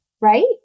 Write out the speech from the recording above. Right